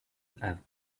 have